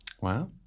Wow